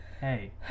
hey